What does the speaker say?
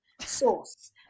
sauce